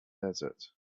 desert